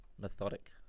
methodic